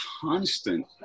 constant